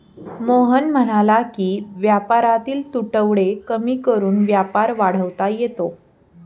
मोहन म्हणाला की व्यापारातील तुटवडे कमी करून व्यापार वाढवता येतो